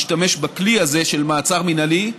להשתמש בכלי הזה של מעצר מינהלי,